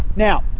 now,